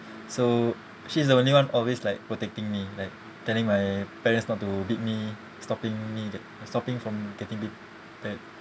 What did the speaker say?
so she's the only one always like protecting me like telling my parents not to beat me stopping me ge~ stopping from getting beaten